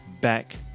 back